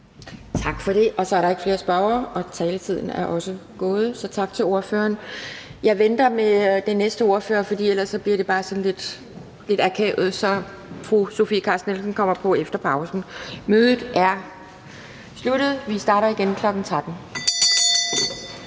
Tak for det. Så er der ikke flere spørgere, og taletiden er også gået. Så tak til ordføreren. Jeg venter med den næste ordfører, for ellers bliver det bare sådan lidt akavet. Så fru Sofie Carsten Nielsen kommer på efter pausen. Mødet er udsat. Vi starter igen kl. 13.00.